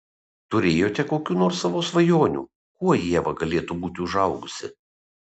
turėjote kokių nors savo svajonių kuo ieva galėtų būti užaugusi